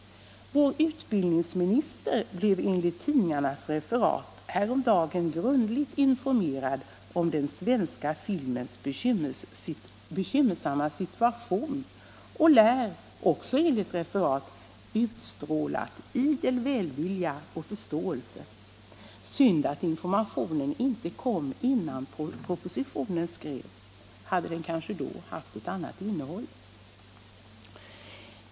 Vår utbildningsminister blev enligt tidningarnas referat häromdagen grundligt informerad om den svenska filmens bekymmersamma situation och lär — också enligt referat — utstrålat idel välvilja och förståelse. Synd att informationen inte kom, innan propositionen skrevs. Den hade då kanske haft ett annat innehåll.